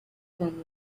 from